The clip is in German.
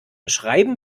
schreiben